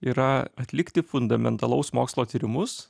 yra atlikti fundamentalaus mokslo tyrimus